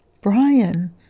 Brian